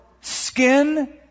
skin